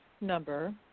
number